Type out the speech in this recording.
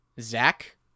Zach